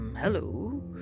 Hello